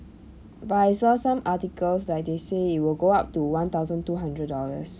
but I saw some articles like they say it will go up to one thousand two hundred dollars